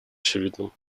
очевидным